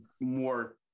more